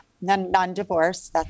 Non-divorce